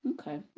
Okay